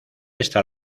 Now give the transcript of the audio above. estar